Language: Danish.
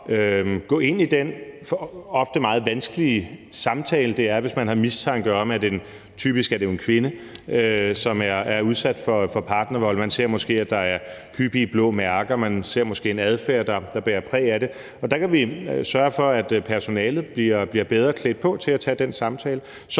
gå ind i den ofte meget vanskelige samtale, det er, hvis man har mistanke om, at en kvinde, som det typisk er, er udsat for partnervold. Man ser måske, at der er hyppige blå mærker, man ser måske en adfærd, der bærer præg af det, og der kan vi sørge for, at personalet bliver bedre klædt på til at tage den samtale. Så